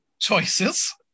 choices